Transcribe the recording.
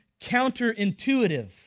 counterintuitive